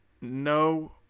No